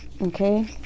okay